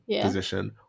position